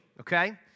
okay